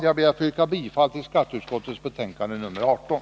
Jag ber att få yrka bifall till hemställan i skatteutskottets betänkande nr 18.